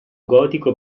gotico